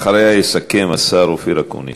אחריה יסכם השר אופיר אקוניס.